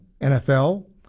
NFL